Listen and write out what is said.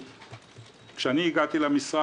כשאני הגעתי למשרד,